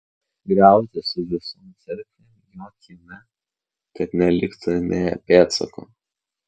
griauti su visom cerkvėm jo kieme kad neliktų nė pėdsako